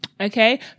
Okay